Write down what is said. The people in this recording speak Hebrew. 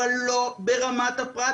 אבל לא ברמת הפרט,